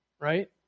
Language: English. right